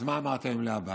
אז מה אמרתי היום לעבאס?